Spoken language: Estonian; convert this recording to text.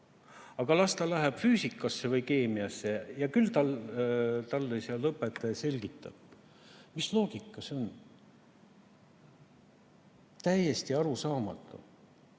aga las ta läheb füüsikasse või keemiasse, küll talle seal õpetaja selgitab. Mis loogika see on? Täiesti arusaamatu!